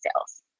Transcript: sales